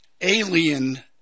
alien